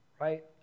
right